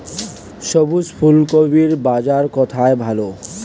সবুজ ফুলকপির বাজার কোথায় ভালো?